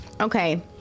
Okay